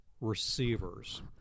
receivers